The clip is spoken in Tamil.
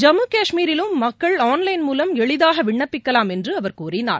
ஜம்மு னஷ்மீரிலும் மக்கள் ஆன் லைன் மூலம் எளிதாக விண்ணப்பிக்கலாம் என்று கூறினார்